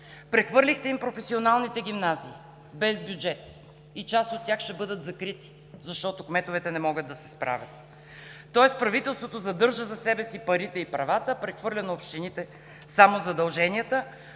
Прехвърлихте им професионалните гимназии, без бюджет. Част от тях ще бъдат закрити, защото кметовете не могат да се справят. Тоест правителството задържа за себе си парите и правата, а прехвърля на общините само задълженията,